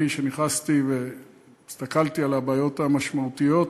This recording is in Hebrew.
כשנכנסתי והסתכלתי על הבעיות המשמעותיות.